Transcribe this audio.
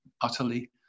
Utterly